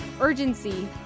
urgency